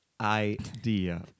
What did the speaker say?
idea